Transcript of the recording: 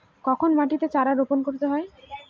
কখন মাটিতে চারা রোপণ করতে হয়?